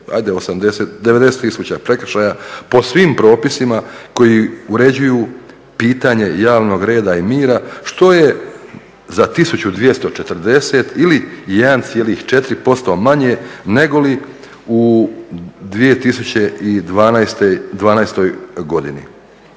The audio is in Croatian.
tisuća, 90 tisuća prekršaja po svim propisima koji uređuju pitanje javnog reda i mira što je za 1240 ili 1,4% manje negoli u 2012.godini